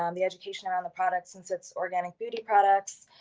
um the education around the product since it's organic beauty products,